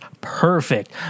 perfect